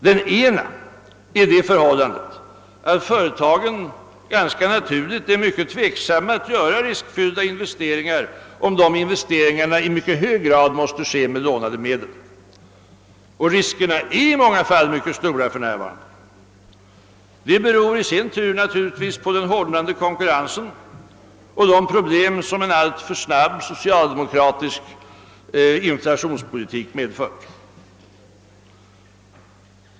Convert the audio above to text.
Den ena är det förhållandet att företagen — ganska naturligt — är mycket tveksamma att göra riskfyllda investeringar, om dessa i mycket hög grad måste ske med lånade medel — och riskerna är 1 många fall mycket stora för närvarande. Detta beror i sin tur naturligtvis på den hårdnande konkurrensen och de problem som en alltför snabb socialdemokratisk inflationspolitik medför.